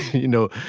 you know,